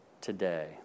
today